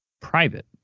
private